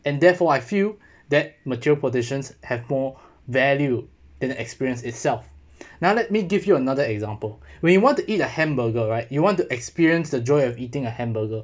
and therefore I feel that material possessions have more value than the experience itself now let me give you another example when you want to eat a hamburger right you want to experience the joy of eating a hamburger